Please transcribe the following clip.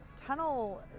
tunnel